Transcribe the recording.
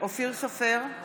אופיר סופר,